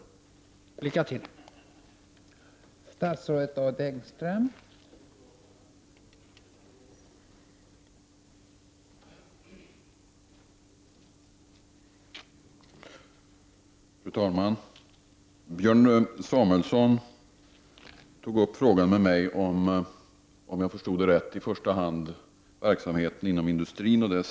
Lycka till!